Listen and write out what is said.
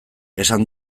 esan